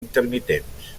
intermitents